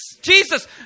Jesus